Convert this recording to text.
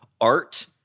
art